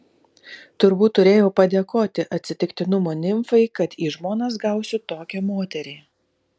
turbūt turėjau padėkoti atsitiktinumo nimfai kad į žmonas gausiu tokią moterį